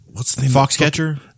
Foxcatcher